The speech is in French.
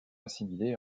assimilé